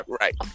Right